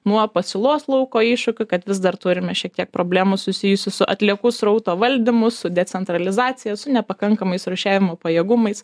nuo pasiūlos lauko iššūkių kad vis dar turime šiek tiek problemų susijusių su atliekų srauto valdymu su decentralizacija su nepakankamais rūšiavimo pajėgumais